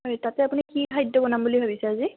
হয় তাতে আপুনি কি খাদ্য বনাম বুলি ভাবিছে আজি